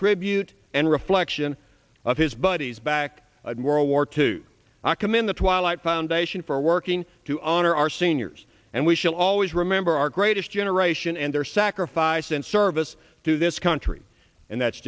tribute and reflection of his buddies back world war two i came in the twilight foundation for working to honor our seniors and we shall always remember our greatest generation and their sacrifice and service to this country and that's